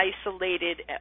isolated